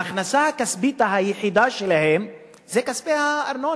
ההכנסה הכספית היחידה שלהם זה כספי הארנונה.